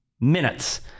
minutes